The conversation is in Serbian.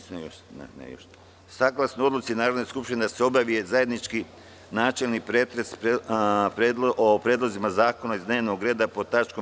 Saglasno odluci Narodne skupštine da se obavi zajednički načelni pretres o predlozima zakona iz dnevnog reda pod tač.